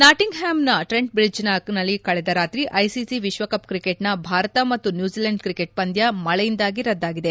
ನಾಟಿಂಗ್ಹ್ಯಾಮ್ನ Trent ಬ್ರಿಜ್ನಲ್ಲಿ ಕಳೆದ ರಾತ್ರಿ ಐಸಿಸಿ ವಿಶ್ವಕಪ್ ಕ್ರಿಕೆಟ್ನ ಭಾರತ ಮತ್ತು ನ್ಯೂಜಿಲೆಂಡ್ ಕ್ರಿಕೆಟ್ ಪಂದ್ಯ ಮಳೆಯಿಂದಾಗಿ ರದ್ದಾಗಿದೆ